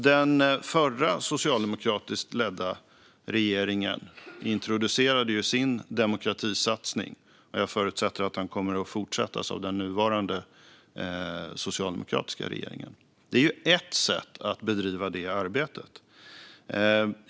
Den förra socialdemokratiskt ledda regeringen introducerade sin demokratisatsning, och jag förutsätter att den kommer att fortsättas av den nuvarande socialdemokratiska regeringen. Det är ju ett sätt att bedriva det arbetet.